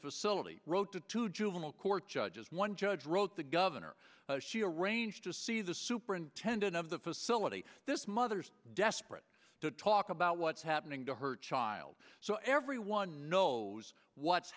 facility wrote to two juvenile court judges one judge wrote the governor arrange to see the superintendent of the facility this mother's desperate to talk about what's happening to her child so everyone knows what's